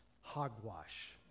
hogwash